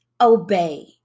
obey